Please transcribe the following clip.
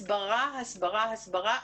הסברה-הסברה-הסברה,